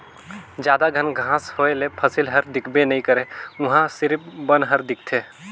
जादा घन घांस होए ले फसल हर दिखबे नइ करे उहां सिरिफ बन हर दिखथे